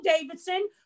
Davidson